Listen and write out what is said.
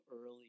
early